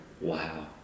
Wow